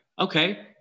Okay